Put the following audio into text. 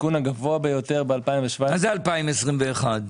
הסיכון הגבוה ביותר- -- מה זה 2021?